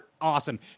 Awesome